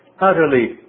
utterly